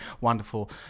wonderful